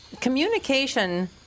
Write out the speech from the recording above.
communication